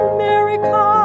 America